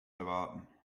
erwarten